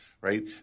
right